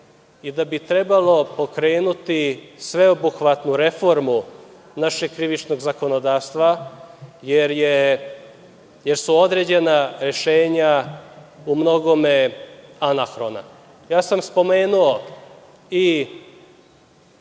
i da bi trebalo pokrenuti sveobuhvatnu reformu našeg krivičnog zakonodavstva, jer su određena rešenja u mnogome anahrona. Spomenuo sam